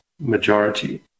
majority